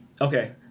Okay